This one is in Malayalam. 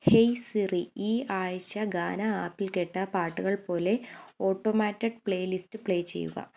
ഹേയ് സിറി ഈ ആഴ്ച ഗാന ആപ്പിൽ കേട്ട പാട്ടുകൾ പോലെ ഓട്ടോമാറ്റഡ് പ്ലേലിസ്റ്റ് പ്ലേ ചെയ്യുക